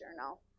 journal